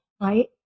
right